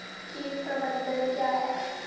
कीट प्रबंधन क्या है?